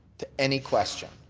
to any question.